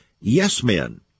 yes-men